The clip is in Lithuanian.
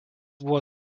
buvo